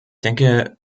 denke